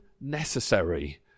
necessary